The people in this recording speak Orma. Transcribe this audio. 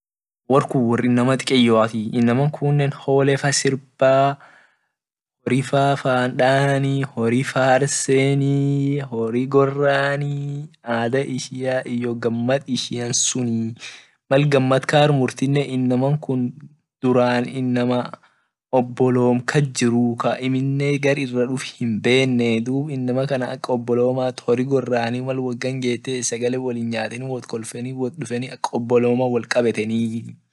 Wor kun wor inama dikeyoatii inama kunne holefa sirba horifaa fan dani hori farseni hori goranii ada ishia iyo gamad ishian sunni mal gamad kar murt inama kun inama oblea jiruu ka amine gal ira duf hinben dub inama kana ka obolomat hori gorani mal woga gete sagale wolin nyateni wot kolfeni ak onoloma wot kabetenii.